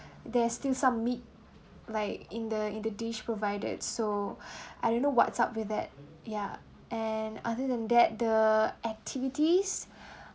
there's still some meat like in the in the dish provided so I don't know what's up with that ya and other than that the activities